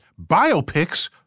biopics